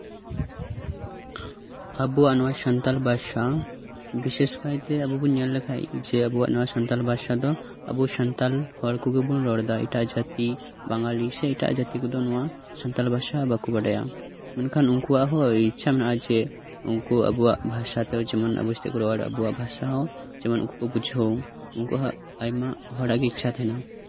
ᱟᱵᱚᱣᱟᱜ ᱱᱚᱶᱟ ᱥᱟᱱᱛᱟᱲ ᱵᱷᱟᱥᱟ ᱵᱤᱥᱮᱥ ᱠᱟᱭᱛᱮ ᱟᱵᱚ ᱵᱚᱱ ᱧᱮᱞ ᱞᱮᱠᱷᱟᱱ ᱟᱵᱚᱣᱟᱜ ᱱᱚᱶᱟ ᱥᱟᱱᱛᱟᱞ ᱵᱷᱟᱥᱟ ᱫᱚ ᱟᱵᱚ ᱥᱟᱱᱛᱟᱲ ᱦᱚᱲ ᱠᱚᱜᱮ ᱵᱚᱱ ᱨᱚᱲ ᱮᱫᱟ ᱮᱴᱟᱜ ᱡᱟᱹᱛᱤ ᱵᱟᱝᱞᱟᱞᱤ ᱥᱮ ᱮᱴᱟᱜ ᱡᱟᱹᱛᱤ ᱠᱚᱫᱚ ᱱᱚᱶᱟ ᱥᱟᱱᱛᱟᱲ ᱵᱷᱟᱥᱟ ᱵᱟᱠᱚ ᱵᱟᱰᱟᱭᱟ ᱢᱮᱱᱠᱷᱟᱱ ᱩᱱᱠᱩᱣᱟᱜ ᱦᱚᱸ ᱤᱪᱪᱷᱟ ᱢᱮᱱᱟᱜᱼᱟ ᱡᱮ ᱩᱱᱠᱩ ᱟᱵᱚᱣᱟᱜ ᱵᱷᱟᱥᱟᱛᱮ ᱡᱮᱢᱚᱱ ᱟᱵᱚ ᱥᱟᱶᱛᱮ ᱠᱚ ᱨᱚᱲ ᱱᱚᱶᱟ ᱵᱷᱟᱥᱟᱦᱚᱸ ᱡᱮᱢᱚᱱ ᱩᱱᱠᱩ ᱠᱚ ᱵᱩᱡᱷᱟᱹᱣ ᱩᱱᱠᱩᱣᱟᱜ ᱦᱚᱸ ᱟᱭᱢᱟ ᱦᱚᱲᱟᱜ ᱦᱚᱸ ᱤᱪᱪᱷᱟ ᱛᱟᱦᱮᱱᱟ